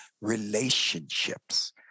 relationships